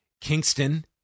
Kingston